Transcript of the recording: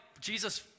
Jesus